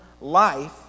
life